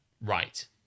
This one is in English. Right